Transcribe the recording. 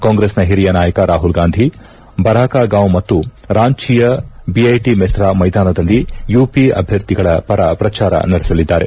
ಕಾಂಗ್ರೆಸ್ನ ಹಿರಿಯ ನಾಯಕ ರಾಹುಲ್ ಗಾಂಧಿ ಬರಾಕಾಗಾವ್ ಮತ್ತು ರಾಂಚಿಯ ಬಿಐಟಿ ಮೆಸ್ತಾ ಮೈದಾನದಲ್ಲಿ ಯುಪಿ ಅಭ್ಯರ್ಥಿಗಳ ಪರ ಪ್ರಚಾರ ನಡೆಸಲಿದ್ದಾರೆ